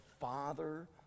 Father